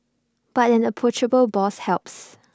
but an approachable boss helps